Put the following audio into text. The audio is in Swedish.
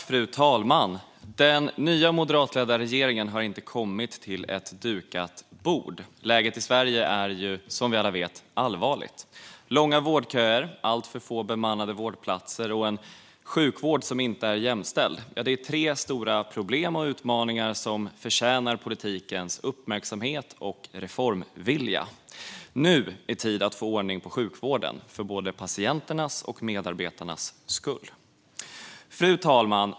Fru talman! Den nya moderatledda regeringen har inte kommit till ett dukat bort. Läget i Sverige är som vi alla vet allvarligt. Långa vårdköer, alltför få bemannade vårdplatser och en sjukvård som inte är jämställd är tre stora problem och utmaningar som förtjänar politikens uppmärksamhet och reformvilja. Nu är tid att få ordning på sjukvården - för både patienternas och medarbetarnas skull. Fru talman!